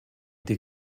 des